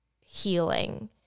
healing